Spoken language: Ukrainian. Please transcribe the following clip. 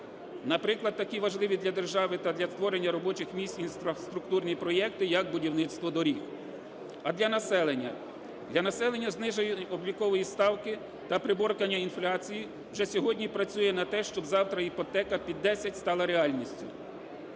Наприклад, такі важливі для держави та для створення робочих місць інфраструктурні проекти, як будівництво доріг. Для населення. Для населення зниження облікової ставки та приборкання інфляції вже сьогодні працює на те, щоб завтра іпотека під 10 стала реальністю.